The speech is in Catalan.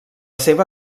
seva